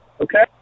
Okay